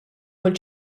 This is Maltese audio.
kull